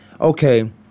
okay